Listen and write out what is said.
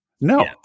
no